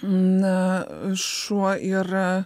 na šuo yra